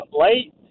late